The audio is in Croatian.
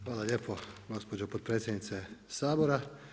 Hvala lijepo gospođo potpredsjednice Sabora.